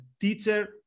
teacher